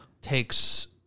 takes